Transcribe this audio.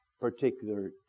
particular